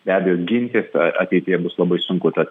be abejo gintis ateityje bus labai sunku tad